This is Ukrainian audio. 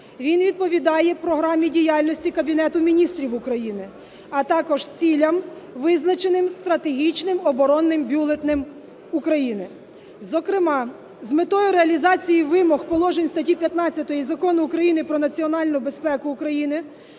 Він відповідає Програмі діяльності Кабінету Міністрів України, а також цілям, визначеним Стратегічним оборонним бюлетенем України. Зокрема, з метою реалізації вимог положень статті 15 Закону України "Про національну безпеку України"